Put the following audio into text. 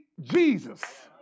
Jesus